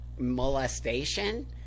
molestation